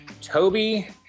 Toby